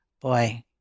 boy